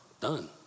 Done